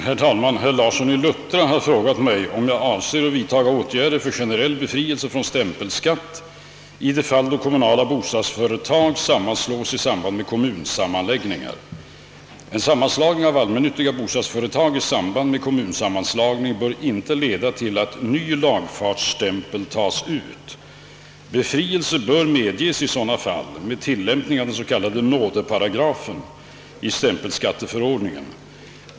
Herr talman! Herr Larsson i Luttra har frågat mig, om jag avser att vidtaga åtgärder för generell befrielse från stämpelskatt i de fall då kommunala bostadsföretag sammanslås i samband med kommunsammanläggningar. En sammanslagning av allmännyttiga bostadsföretag i samband med kommunsammanslagning bör inte leda till att ny lagfartsstämpel tas ut. Befrielse bör medges i sådana fall med tillämpning av den s.k. nådeparagrafen i stämpelskatteförordningen.